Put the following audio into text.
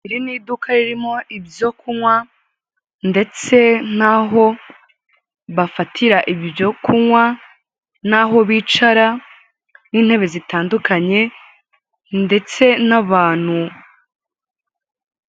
Iri ni iduka ririmo ibyo kunywa ndetse n'aho bafatira ibyo kunywa, n'aho bicara, n'intebe zitandukanye, ndetse n'abantu.